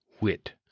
wit